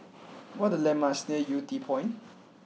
what are the landmarks near Yew Tee Point